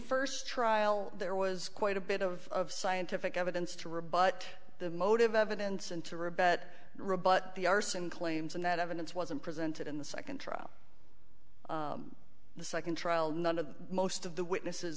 first trial there was quite a bit of scientific evidence to rebut the motive evidence and to rebut rebut the arson claims and that evidence wasn't presented in the second trial the second trial none of the most of the witnesses